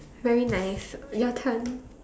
very nice your turn